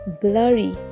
blurry